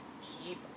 keep